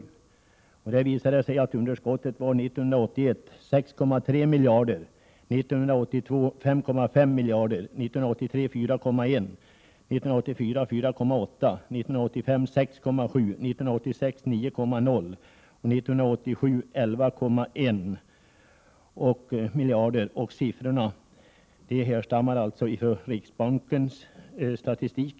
Underskottet var 6,3 miljarder kronor år 1981, 5,5 miljarder 1982, 4,1 miljarder 1983, 4,8 miljarder 1984, 6,7 miljarder 1985, 9,0 miljarder 1986 och 11,1 miljarder 1987. De siffrorna är hämtade från riksbankens statistik.